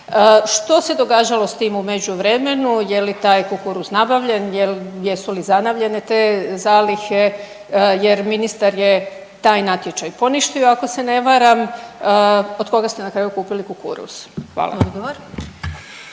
Što se događalo s tim u međuvremenu? Je li taj kukuruz nabavljen, jesu li zanavljene te zalihe jer ministar je taj natječaj poništio ako se ne varam. Od koga ste na kraju kupili kukuruz? Hvala.